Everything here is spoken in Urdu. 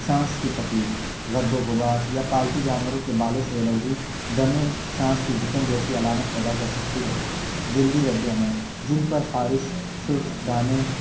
سانس کی تکلیف گرد و غبار یا پالتو جانوروں کے بالوں سے الرجی دمے سانس کی گھٹن جیسی علامت پیدا کر سکتی ہے جلدی رد عمل جد پر خارش سرخ دانے